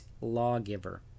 lawgiver